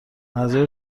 منظور